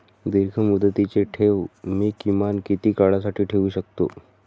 दीर्घमुदतीचे ठेव मी किमान किती काळासाठी ठेवू शकतो?